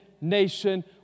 nation